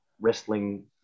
wrestling